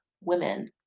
women